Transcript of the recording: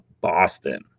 Boston